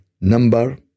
number